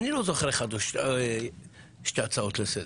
אני לא זוכר שתי הצעות לסדר.